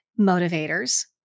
motivators